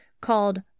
called